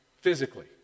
Physically